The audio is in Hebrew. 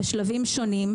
בשלבים שונים,